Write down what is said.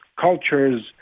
cultures